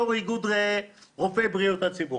יו"ר איגוד רופאי בריאות הציבור.